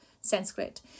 Sanskrit